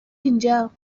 اینجا